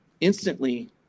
instantly